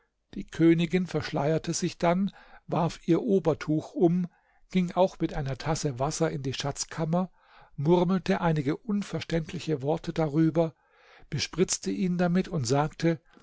die königin verschleierte sich dann warf ihr obertuch um ging auch mit einer tasse wasser in die schatzkammer murmelte einige unverständliche worte darüber bespritzte ihn damit und sagte